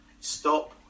stop